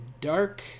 dark